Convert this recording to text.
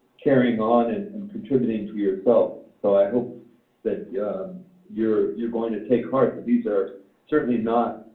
carrying on and and contributing to yourself. so i hope that you're you're going to take heart that these are certainly not